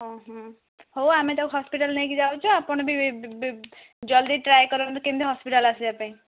ଅ ହଁ ହଉ ଆମେ ତାକୁ ହସ୍ପିଟାଲ ନେଇକି ଯାଉଛୁ ଆପଣ ବି ଜଲଦି ଟ୍ରାଏ କରନ୍ତୁ କେମିତି ହସ୍ପିଟାଲ ଆସିବା ପାଇଁ